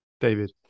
David